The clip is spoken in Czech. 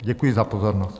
Děkuji za pozornost.